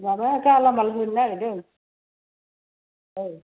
माबा गालामाल होनो नागिरदों औ